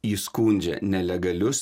įskundžia nelegalius